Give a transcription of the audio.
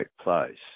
place